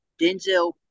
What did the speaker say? Denzel